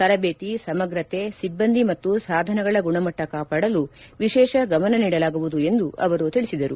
ತರಬೇತಿ ಸಮಗ್ರತೆ ಸಿಬ್ಲಂದಿ ಮತ್ತು ಸಾಧನಗಳ ಗುಣಮಟ್ಟ ಕಾಪಾಡಲು ವಿಶೇಷ ಗಮನ ನೀಡಲಾಗುವುದು ಎಂದು ಅವರು ತಿಳಿಸಿದರು